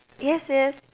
yes yes